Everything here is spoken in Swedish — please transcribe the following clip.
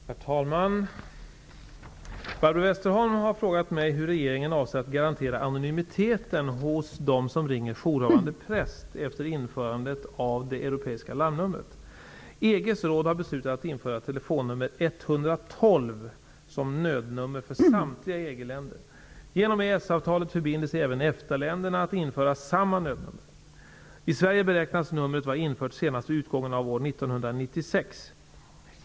Herr talman! Barbro Westerholm har frågat mig hur regeringen avser att garantera anonymiteten hos dem som ringer jourhavande präst efter införandet av det europeiska larmnumret. EES-avtalet förbinder sig även EFTA-länderna att införa samma nödnummer. I Sverige beräknas numret vara infört senast vid utgången av år 1996.